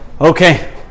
Okay